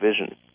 vision